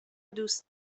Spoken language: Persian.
دوست